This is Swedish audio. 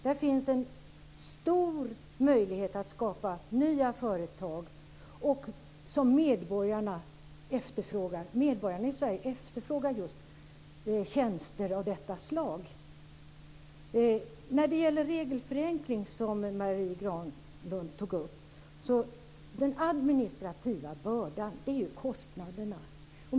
Där finns en stor möjlighet att skapa nya företag som medborgarna efterfrågar. Medborgarna i Sverige efterfrågar just tjänster av detta slag. När det gäller regelförenkling, som Marie Granlund tog upp, vill jag säga att den administrativa bördan är kostnaderna.